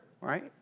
right